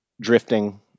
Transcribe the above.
drifting